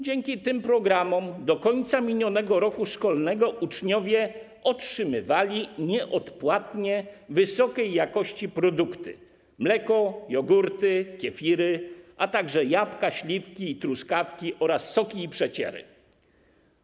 Dzięki tym programom do końca minionego roku szkolnego uczniowie otrzymywali nieodpłatnie wysokiej jakości produkty: mleko, jogurty, kefiry, a także jabłka, śliwki, truskawki oraz soki i przeciery.